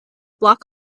block